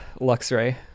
Luxray